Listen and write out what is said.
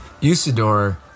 Usador